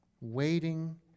waiting